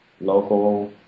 local